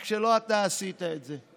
רק שלא אתה עשית את זה.